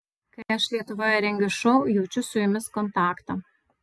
kai aš lietuvoje rengiu šou jaučiu su jumis kontaktą